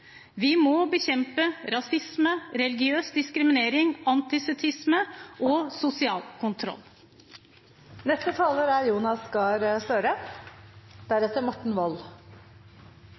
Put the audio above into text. Vi må bekjempe rasisme, religiøs diskriminering, antisemittisme og sosial